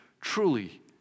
Truly